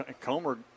Comer